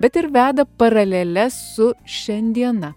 bet ir veda paraleles su šiandiena